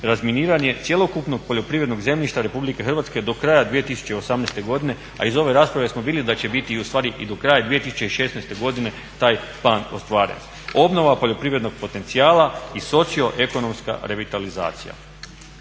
razminiranje cjelokupnog poljoprivrednog zemljišta Republike Hrvatske do kraja 2018. godine a iz ove rasprave smo vidjeli da će biti i ustvari i do kraja 2016. godine taj plan ostvaren. Obnova poljoprivrednog potencijala i socioekonomska revitalizacija.